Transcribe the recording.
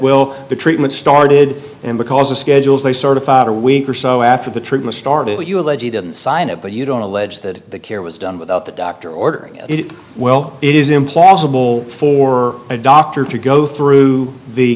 will the treatment started and because of schedules they certified a week or so after the treatment started you allege he didn't sign it but you don't allege that the care was done without the doctor ordering it well it is implausible for a doctor to go through the